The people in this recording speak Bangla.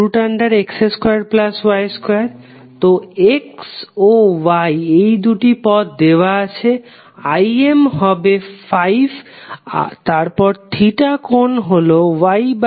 তো x ও y এই দুটি পদ দেওয়া আছে Im হবে 5 তারপর থিটা কোণ হলো yx